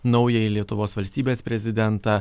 naująjį lietuvos valstybės prezidentą